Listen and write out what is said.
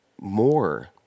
more